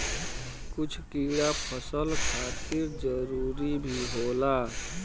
कुछ कीड़ा फसल खातिर जरूरी भी होला